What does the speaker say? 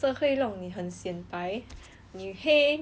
你黑你也是会显白